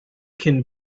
can